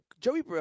Joey